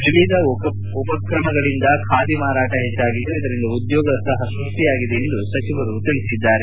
ವಿವಿಧ ಉಪ್ರಮಗಳಿಂದ ಖಾದಿ ಮಾರಾಟ ಹೆಚ್ಚಾಗಿದ್ದು ಇದರಿಂದ ಉದ್ಯೋಗ ಸಹ ಸ್ಟಷ್ಟಿಯಾಗಿದೆ ಎಂದು ಸಚಿವರು ಹೇಳಿದ್ದಾರೆ